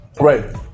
Right